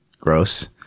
Gross